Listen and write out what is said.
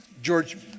George